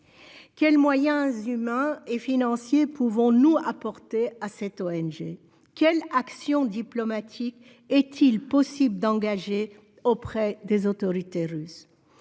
Quels moyens humains et financiers pouvons-nous apporter à cette ONG ? Quelle action diplomatique est-il possible d'engager auprès des autorités russes ?